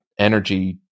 energy